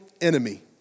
enemy